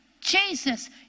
Jesus